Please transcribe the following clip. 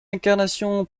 incarnation